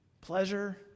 Pleasure